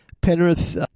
Penrith